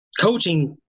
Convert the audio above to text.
coaching